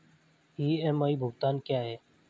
EMI भुगतान क्या है?